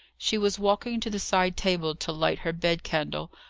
she was walking to the side table to light her bed-candle,